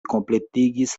kompletigis